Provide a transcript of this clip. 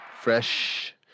Fresh